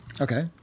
Okay